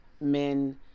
men